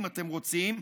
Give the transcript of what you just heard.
אם אתם רוצים: